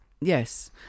Yes